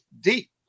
deep